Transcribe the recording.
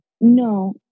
No